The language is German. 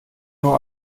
nur